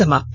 समाप्त